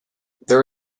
there